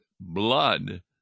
blood